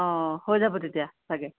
অঁ হৈ যাব তেতিয়া চাগে